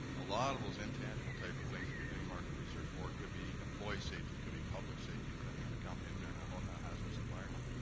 a lot of those intangible type of things if you're doing market research for, could be employee safety, it could be public safety, depending on the company if they're in a ho hazardous environment.